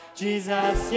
jesus